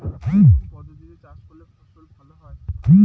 কোন পদ্ধতিতে চাষ করলে ফসল ভালো হয়?